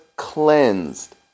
cleansed